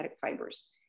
fibers